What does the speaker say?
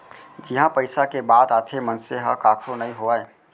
जिहाँ पइसा के बात आथे मनसे ह कखरो नइ होवय